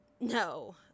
no